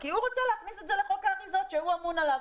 כי הוא רוצה להכניס את זה לחוק האריזות שהוא אמון עליו.